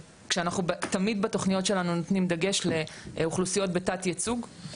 תמיד בתוכניות שלנו נותנים דגש לאוכלוסיות בתת ייצוג,